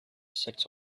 six